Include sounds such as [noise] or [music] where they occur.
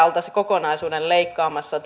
[unintelligible] oltaisiin kokonaisuudessaan leikkaamassa [unintelligible]